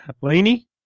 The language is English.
Laney